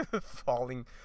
falling